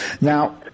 Now